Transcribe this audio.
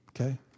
okay